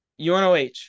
UNOH